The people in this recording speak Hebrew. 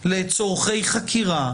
לצורכי חקירה,